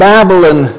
Babylon